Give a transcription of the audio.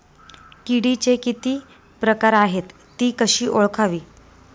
किडीचे किती प्रकार आहेत? ति कशी ओळखावी?